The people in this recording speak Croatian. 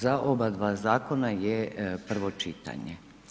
Za oba dva zakona je prvo čitanje.